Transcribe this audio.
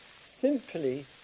simply